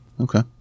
Okay